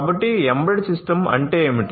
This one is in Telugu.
కాబట్టి ఎంబెడెడ్ సిస్టమ్ అంటే ఏమిటి